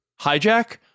hijack